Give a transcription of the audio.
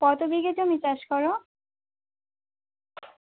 কতো বিঘে জমি চাষ করো